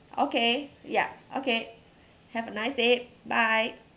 okay yup okay have a nice day bye